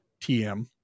TM